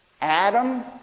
Adam